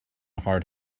hard